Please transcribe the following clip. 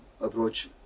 approach